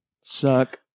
suck